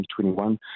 2021